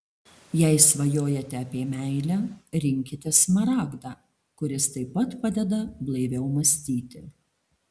jei svajojate apie meilę rinkitės smaragdą kuris taip pat padeda blaiviau mąstyti